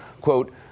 Quote